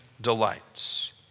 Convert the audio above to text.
delights